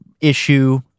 issue